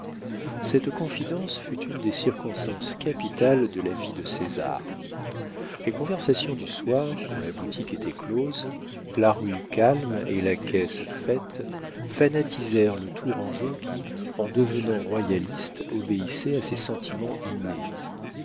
cette confidence fut une des circonstances capitales de la vie de césar les conversations du soir quand la boutique était close la rue calme et la caisse faite fanatisèrent le tourangeau qui en devenant royaliste obéissait à ses sentiments innés